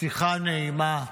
שיחה נעימה,